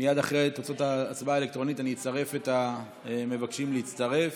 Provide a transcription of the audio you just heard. מייד אחרי תוצאות ההצבעה האלקטרונית אני אצרף את המבקשים להצטרף.